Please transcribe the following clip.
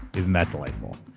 isn't that delightful?